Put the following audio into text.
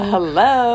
Hello